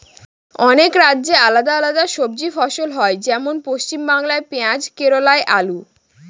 অনেক রাজ্যে আলাদা আলাদা সবজি ফসল হয়, যেমন পশ্চিমবাংলায় পেঁয়াজ কেরালায় আলু